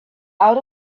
out